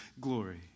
glory